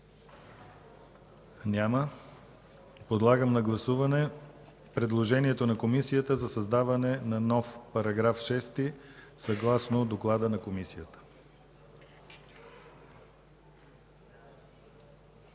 Няма. Подлагам на гласуване предложението на Комисията за създаване на нов § 6, съгласно доклада на Комисията.